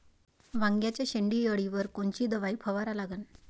वांग्याच्या शेंडी अळीवर कोनची दवाई फवारा लागन?